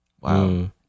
Wow